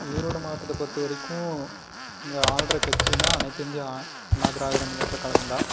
ஈரோடு மாவட்டத்தைப் பொறுத்தவரைக்கும் இங்கே ஆள்கிற கட்சினால் அனைத்து இந்திய அண்ணா திராவிட முன்னேற்றக் கழகம் தான்